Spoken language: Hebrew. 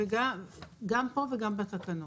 גם פה וגם בתקנות.